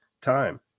time